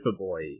Superboy